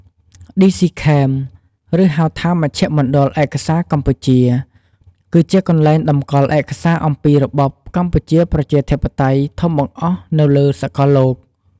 ឌីសុី ខេម DC-Cam ឬ ហៅថា មជ្ឈមណ្ឌលឯកសារកម្ពុជា គឺជាកន្លែងតម្កល់ឯកសារអំពីរបបកម្ពុជាប្រជាធិបតេយ្យធំបង្អស់នៅលើសកលលោក។